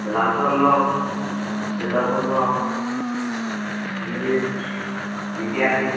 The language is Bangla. লাল স্বর্ণ মিরিচ মেটিয়ালি